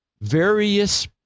various